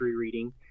reading